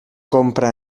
compra